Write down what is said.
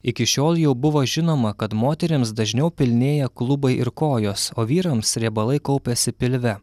iki šiol jau buvo žinoma kad moterims dažniau pilnėja klubai ir kojos o vyrams riebalai kaupiasi pilve